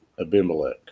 Abimelech